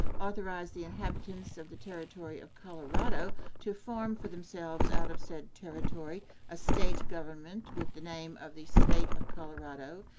authorize the inhabitants of the territory of colorado to form for themselves out of said territory a state government with the name of the state of colorado,